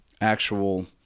actual